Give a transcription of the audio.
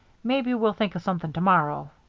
maybe we'll think of something to-morrow.